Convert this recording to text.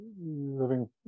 living